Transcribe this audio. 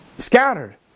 Scattered